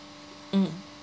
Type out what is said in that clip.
mm